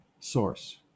Source